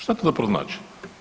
Što to zapravo znači?